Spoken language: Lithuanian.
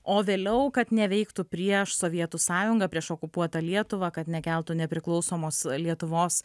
o vėliau kad neveiktų prieš sovietų sąjungą prieš okupuotą lietuvą kad nekeltų nepriklausomos lietuvos